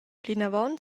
plinavon